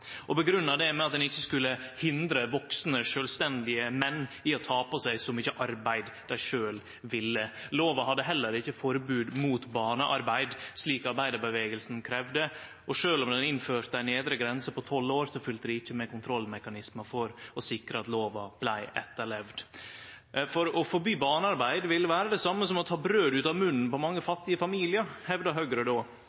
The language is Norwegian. og grunngav det med at ein ikkje skulle hindre vaksne sjølvstendige menn i å ta på seg så mykje arbeid dei sjølv ville. Lova hadde heller ikkje forbod mot barnearbeid, slik arbeidarrørsla kravde, og sjølv om ho innførte ei nedre grense på 12 år, følgde det ikkje med kontrollmekanismar for å sikre at lova vart etterlevd. For å forby barnearbeid ville vere det same som å ta brødet ut av munnen på mange